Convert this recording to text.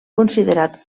considerat